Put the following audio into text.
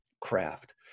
craft